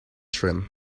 trim